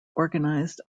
organised